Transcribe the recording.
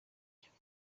cyane